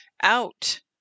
out